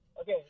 Okay